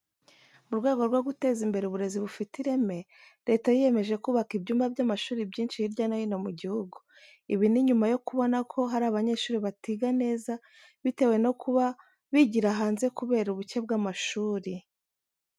Mu rwego rwo guteza imbere uburezi bufite ireme Leta yiyemeje kubaka ibyumba by'amashuri byinshi hirya no hino mu gihugu. Ibi ni nyuma yo kubona ko hari abanyeshuri batiga neza bitewe no kuba bigira hanze kubera ubuke bw'amashuri.